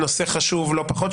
נושא חשוב לא פחות,